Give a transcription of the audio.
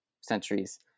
centuries